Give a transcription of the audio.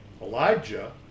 Elijah